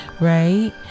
Right